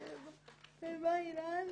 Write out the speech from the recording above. סוציאלית,